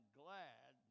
glad